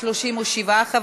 כי לשלול אזרחות,